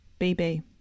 BB